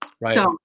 Right